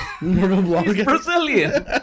Brazilian